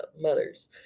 mothers